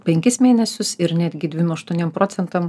penkis mėnesius ir netgi dvim aštuoniem procentam